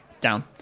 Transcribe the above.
down